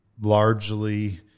largely